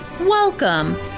Welcome